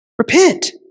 Repent